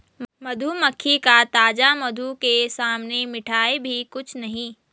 मधुमक्खी का ताजा मधु के सामने मिठाई भी कुछ नहीं